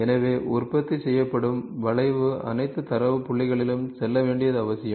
எனவே உற்பத்தி செய்யப்படும் வளைவு அனைத்து தரவு புள்ளிகளிலும் செல்ல வேண்டியது அவசியம்